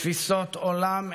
תפיסות עולם,